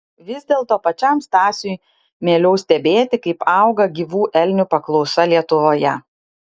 vis dėlto pačiam stasiui mieliau stebėti kaip auga gyvų elnių paklausa lietuvoje